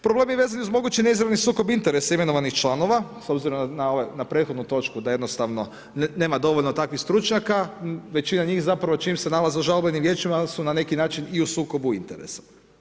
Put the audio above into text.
Problemi vezani uz mogući neizravni sukob interesa imenovanih članova s obzirom na prethodnu točku da jednostavno nema dovoljno takvih stručnjaka, većina njih zapravo čim se nalaze u žalbenim vijećima su na neki način i u sukobu interesa.